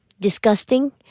disgusting